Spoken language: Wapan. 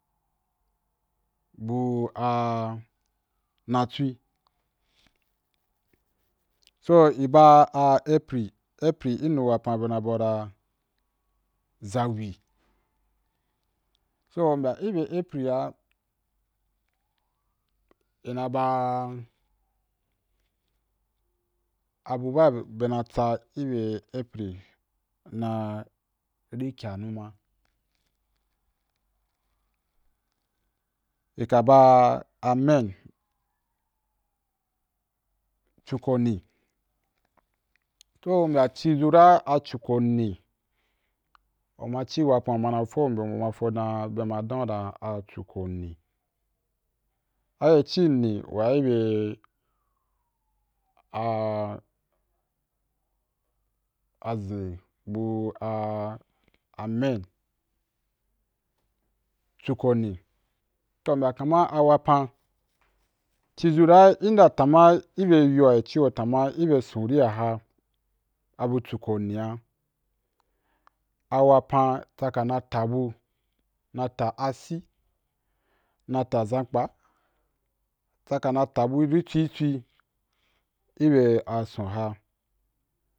Bu a nnatwi so i ba a april, april i nu wapan bea na bau dan zawi, so u mbya i bea april a i na ba abu ba bea na tsa i bea april na rikya numa i ka ba a mea chukoni toh u m bya ci zu ra a chukonì u ma ci wapan u ma na fom dan u ma fo dan bea ma dan u dan achukoni, a ye ci ni wa i bea a a zin bu a maea chukoni toh ubya kaman a wapan ci zu ra inda ta ma i bea yo a i ci yo ta ma i be zuria a aha abu chukonia a wapan tsaka na tabu na ta a sie, na fa ɛampka tsa ka na tabu ri twitwi i bea a sond a ha